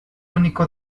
único